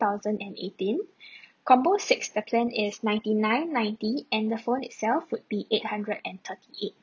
thousand and eighteen combo six the plan is ninety nine ninety and the phone itself would be eight hundred and thirty eight